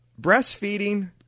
breastfeeding